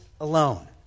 alone